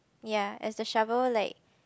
ya it's a shovel like